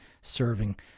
serving